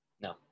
No